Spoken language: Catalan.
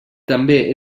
també